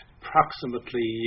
approximately